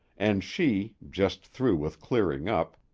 and she, just through with clearing up,